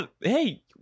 hey